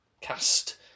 cast